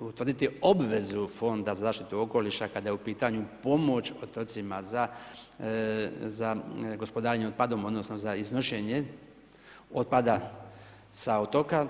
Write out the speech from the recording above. utvrditi obvezu fonda za zaštitu okoliša kada je u pitanju pomoć otocima za gospodarenje otpadom, odnosno, iznošenje otpada sa otoka.